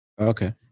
Okay